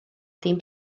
dîm